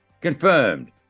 Confirmed